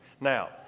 Now